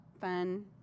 fun